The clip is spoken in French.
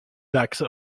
dax